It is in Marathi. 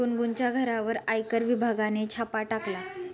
गुनगुनच्या घरावर आयकर विभागाने छापा टाकला